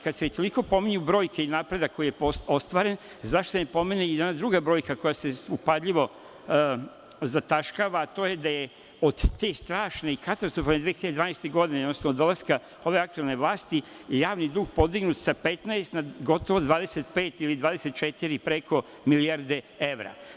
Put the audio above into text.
Kad se već toliko pominju brojke i napredak koji je ostvaren, zašto se ne pominje i danas druga brojka, koja se upadljivo zataškava, a to je da od tih strašnih, katastrofalnih 2012. godine i dolaskom ove aktuelne vlasti, javni dug podigne sa 15, na gotovo 25 ili 24 preko milijarde evra.